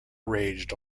raged